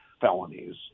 felonies